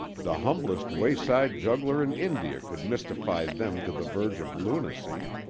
the humblest wayside juggler in india could mystify them to the verge of lunacy.